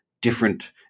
different